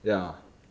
ya